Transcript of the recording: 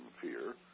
fear